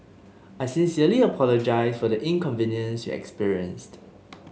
I sincerely apologise for the inconvenience you experienced